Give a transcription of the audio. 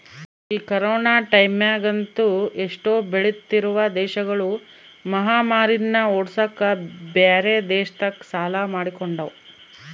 ಈ ಕೊರೊನ ಟೈಮ್ಯಗಂತೂ ಎಷ್ಟೊ ಬೆಳಿತ್ತಿರುವ ದೇಶಗುಳು ಮಹಾಮಾರಿನ್ನ ಓಡ್ಸಕ ಬ್ಯೆರೆ ದೇಶತಕ ಸಾಲ ಮಾಡಿಕೊಂಡವ